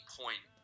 point